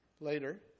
Later